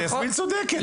אבל יסמין צודקת,